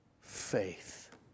faith